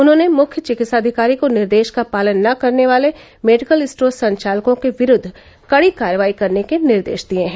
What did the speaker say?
उन्होंने मुख्य चिकित्साधिकारी को निर्देश का पालन न करने वाले मेडिकल स्टोर संचालकों के विरूद्व कड़ी कार्रवाई करने के निर्देश दिए हैं